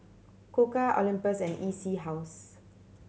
Koka Olympus and E C House